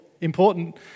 important